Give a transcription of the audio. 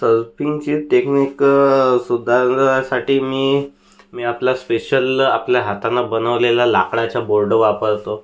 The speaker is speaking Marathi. सलफिंगची टेक्निक सुधारण्यासाठी मी मी आपला स्पेशल आपल्या हातानं बनवलेला लाकडाचा बोर्ड वापरतो